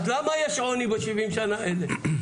אז למה יש עוני ב-70 השנה האלה.